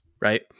right